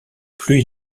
plus